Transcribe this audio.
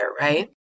right